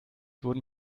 wurden